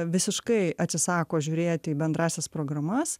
visiškai atsisako žiūrėti į bendrąsias programas